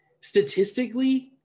statistically